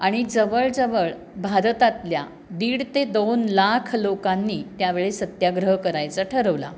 आणि जवळ जवळ भारतातल्या दीड ते दोन लाख लोकांनी त्यावेळी सत्याग्रह करायचा ठरवला